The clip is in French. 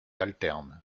alternes